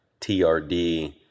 TRD